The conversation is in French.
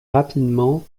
rapidement